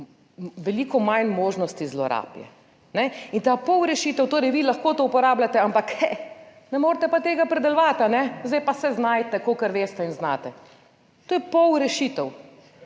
veliko manj možnosti zlorab ne. In ta pol rešitev, torej vi lahko to uporabljate, ampak ne morete pa tega opredeljevati, a ne, zdaj pa se znajdete kakor veste in znate. To je pol rešitev